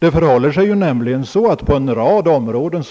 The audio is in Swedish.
Det finns nämligen på en rad områden